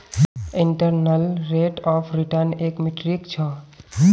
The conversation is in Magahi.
इंटरनल रेट ऑफ रिटर्न एक मीट्रिक छ